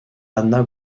anna